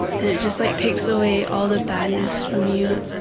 and it just like takes away all the badness from you.